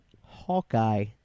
Hawkeye